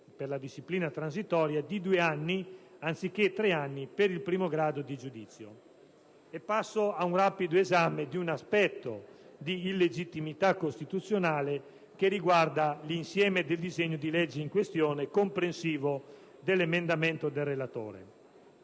per la disciplina transitoria, di due anni anziché tre per il primo grado di giudizio. Passo al rapido esame di un aspetto di illegittimità costituzionale che riguarda l'insieme del disegno di legge in questione, comprensivo dell'emendamento del relatore: